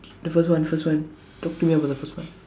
the first one first one talk to me about the first one